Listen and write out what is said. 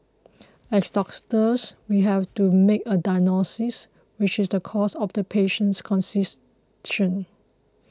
as we have to make a diagnosis which is the cause of the patient's